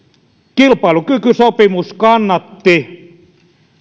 kilpailukykysopimus kannatti